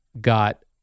got